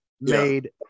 made